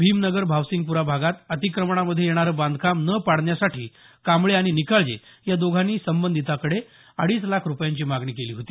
भिमनगर भावसिंगप्रा भागात अतिक्रमणामध्ये येणारं बांधकाम न पाडण्यासाठी कांबळे आणि निकाळजे या दोघांनी संबंधिताकडे अडीच लाख रूपयांची मागणी केली होती